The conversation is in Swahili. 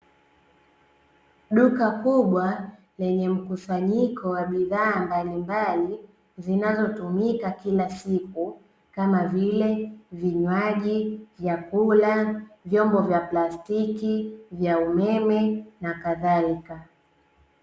Duka kubwa lenye mkusanyiko wa bidhaa mbalimbali zinazotumika kila siku kama vile vinywaji, vyakula, vyombo vya plastiki, vya umeme na kadhalika.